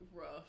rough